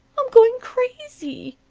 i'm going crazy.